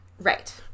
Right